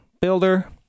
builder